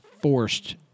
forced